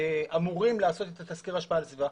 אמורים לעשות את תסקיר ההשפעה על הסביבה,